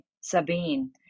Sabine